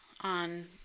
on